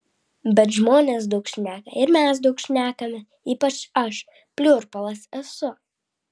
bet žmonės daug šneka ir mes daug šnekame ypač aš pliurpalas esu